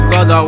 God